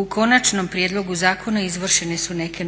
u konačnom prijedlogu zakona izvršene su neke